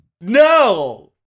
No